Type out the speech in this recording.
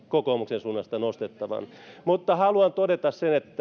kokoomuksen suunnasta nostettavan haluan todeta sen että